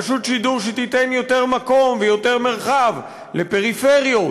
רשות שידור שתיתן יותר מקום ויותר מרחב לפריפריות,